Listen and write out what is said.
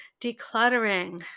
decluttering